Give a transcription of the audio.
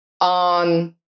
on